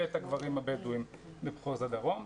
ואת הגברים הבדואים במחוז הדרום.